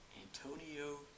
Antonio